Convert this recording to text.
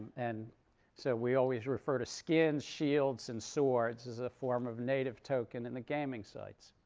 and so we always refer to skins, shields, and swords as a form of native token in the gaming sites.